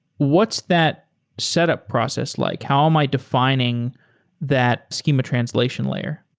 what's that set up process like? how am i defining that schema translation layer?